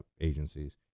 agencies